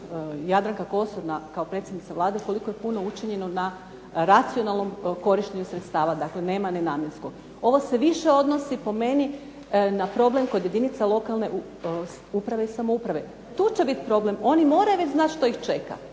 Jadranka Kosor kao predsjednica Vlade koliko je puno učinjeno na racionalnom korištenju sredstava, dakle nema nenamjenskog. Ovo se više odnosi, po meni, na problem kod jedinica lokalne uprave i samouprave. Tu će biti problem, oni moraju već znati što ih čeka.